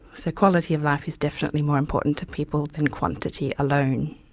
so quality of life is definitely more important to people than quantity alone.